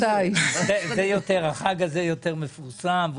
החג הזה יותר מפורסם.